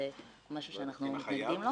זה משהו שאנחנו מתנגדים לו.